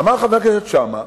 אמר חבר הכנסת שאמה